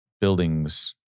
buildings